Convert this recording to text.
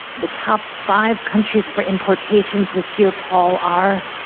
the top five countries for importation this year, paul, are?